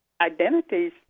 identities